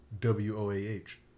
W-O-A-H